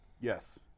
Yes